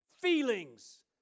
feelings